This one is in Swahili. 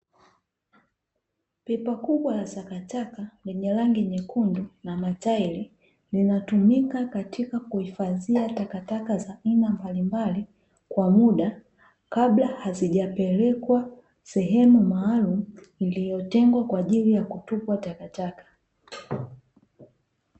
Pipa kubwa la takataka lenye rangi nyekundu na matairi linatumika katika kuhifadhia takataka za aina mbalimbali kwa muda kabla hazijapelekwa sehemu maalum iliyotengwa kwa ajili ya kutupwa takataka.